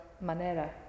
manera